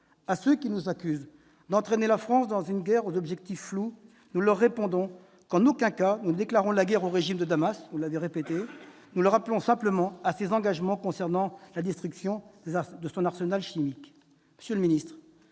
À ceux qui nous accusent d'entraîner la France dans une guerre aux objectifs flous, nous répondons qu'en aucun cas nous ne déclarons la guerre au régime de Damas, vous l'avez répété encore à l'instant, monsieur le ministre. Nous rappelons simplement Damas à ses engagements concernant la destruction de son arsenal chimique. Monsieur le ministre,